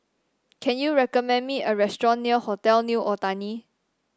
can you recommend me a restaurant near Hotel New Otani